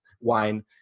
wine